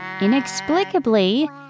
inexplicably